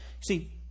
See